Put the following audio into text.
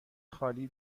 خالی